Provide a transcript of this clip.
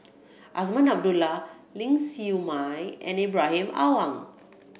Azman Abdullah Ling Siew Mai and Ibrahim Awang